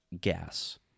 gas